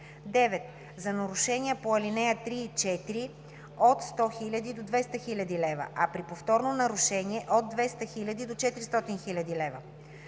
9. за нарушения по ал. 3 и 4 от 100 000 лв. до 200 000 лв., а при повторно нарушение от 200 000 лв. до 400 000 лв.